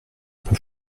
peu